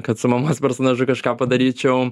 kad su mamos su personažu kažką padaryčiau